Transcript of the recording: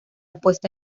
puesta